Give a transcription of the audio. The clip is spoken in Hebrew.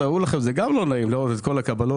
תארו לכם זה גם לא נעים לראות את כל הקבלות